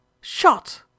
Shot